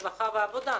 הרווחה והבריאות,